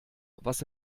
was